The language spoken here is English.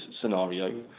scenario